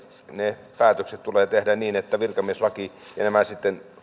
ne päätökset tulee tehdä niin että virkamieslaki ja sitten tämä